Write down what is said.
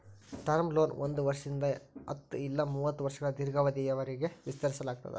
term loan ಒಂದ್ ವರ್ಷದಿಂದ ಹತ್ತ ಇಲ್ಲಾ ಮೂವತ್ತ ವರ್ಷಗಳ ದೇರ್ಘಾವಧಿಯವರಿಗಿ ವಿಸ್ತರಿಸಲಾಗ್ತದ